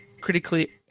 critically